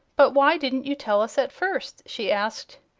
but why didn't you tell us at first? she asked.